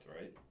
right